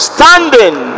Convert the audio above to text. Standing